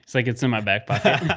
like it's in my back pack.